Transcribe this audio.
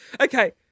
Okay